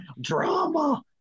Drama